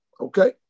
Okay